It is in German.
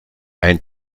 ein